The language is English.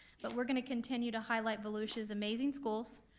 but we're gonna continue to highlight volusia's amazing schools,